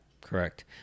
Correct